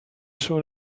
soon